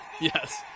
Yes